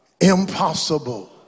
impossible